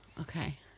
Okay